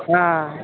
हां